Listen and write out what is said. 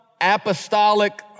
apostolic